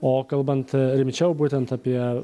o kalbant rimčiau būtent apie